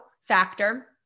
factor